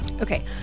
Okay